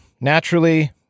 naturally